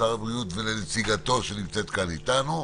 לשר הבריאות ולנציגתו שנמצאת כאן איתנו,